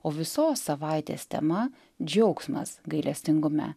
o visos savaitės tema džiaugsmas gailestingume